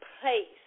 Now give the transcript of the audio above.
place